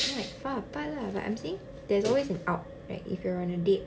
quite far apart lah but I'm saying there's always an out like if you're on a date